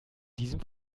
diesem